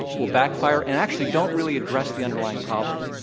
will backfire and actually don't really address the underlying problem.